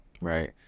right